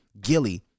Gilly